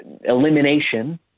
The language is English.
elimination